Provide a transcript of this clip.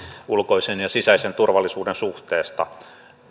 ulkoisen ja sisäisen turvallisuuden suhteesta